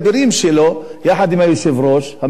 יחד עם היושב-ראש המקורב לראש הממשלה,